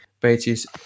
pages